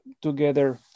together